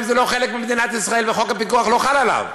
זה לא חלק ממדינת ישראל וחוק הפיקוח לא חל שם,